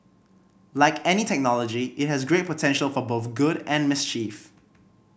like any technology it has great potential for both good and mischief